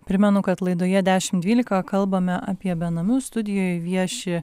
primenu kad laidoje dešimt dvylika kalbame apie benamius studijoje vieši